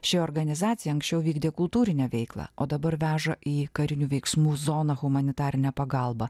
ši organizacija anksčiau vykdė kultūrinę veiklą o dabar veža į karinių veiksmų zoną humanitarinę pagalbą